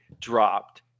dropped